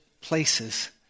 places